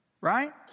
Right